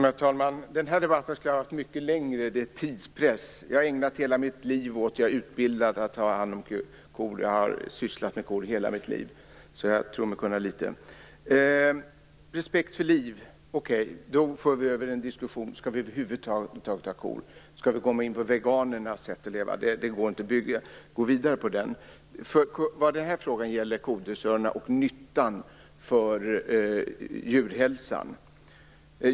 Herr talman! Den här debatten skulle ha varit mycket längre. Nu är det tidspress. Jag har ägnat hela mitt liv åt att ha hand om kor, och jag är också utbildad på det. Jag tror mig därför kunna litet. Det talas nu om respekt för liv. Okej - då kommer vi över på en diskussion om huruvida vi över huvud taget skall ha kor. Skall vi komma in på veganernas sätt att leva? Det går inte att komma vidare på den vägen. Den här frågan gäller kodressörerna och deras nytta för djurhälsan.